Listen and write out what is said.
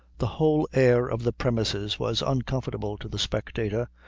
the whole air of the premises was uncomfortable to the spectator,